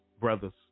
brothers